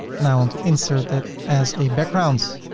and i want to insert it as a background.